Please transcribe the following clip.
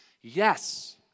yes